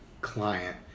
client